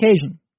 occasion